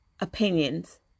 opinions